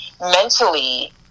mentally